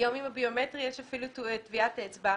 היום עם הביומטרי יש אפילו טביעת אצבע.